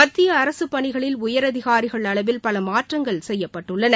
மத்திய அரசு பணிகளில் உயர் அதிகாரிகள் அளவில் பல மாற்றங்கள் செய்யப்பட்டுள்ளனர்